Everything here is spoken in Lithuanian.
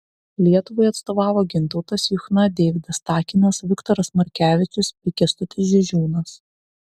lietuvai atstovavo gintautas juchna deividas takinas viktoras markevičius bei kęstutis žižiūnas